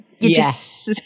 Yes